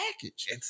package